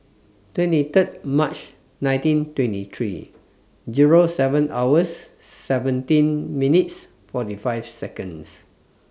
twenty Third March nineteen twenty three Zero seven hours seventeen minutes forty five Seconds